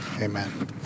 Amen